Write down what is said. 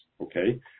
okay